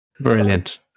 brilliant